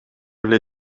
эле